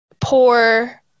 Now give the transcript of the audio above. poor